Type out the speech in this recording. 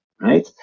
right